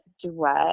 duet